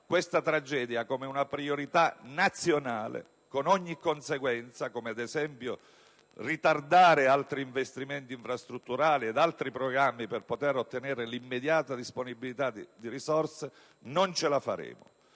questa tragedia come una priorità nazionale, con ogni conseguenza, come ad esempio ritardare altri investimenti infrastrutturali ed altri programmi per poter ottenere l'immediata disponibilità di risorse, non ce la faremo.